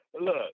Look